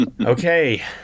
Okay